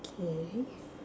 okay